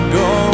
go